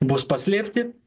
bus paslėpti